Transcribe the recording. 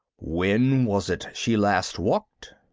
when was it she last walked?